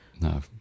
No